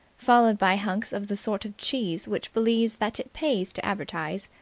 followed by hunks of the sort of cheese which believes that it pays to advertise,